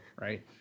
Right